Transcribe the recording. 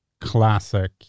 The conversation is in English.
classic